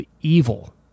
evil